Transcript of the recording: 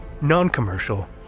non-commercial